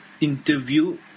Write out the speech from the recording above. interview